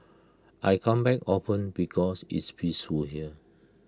I come back often because it's peaceful here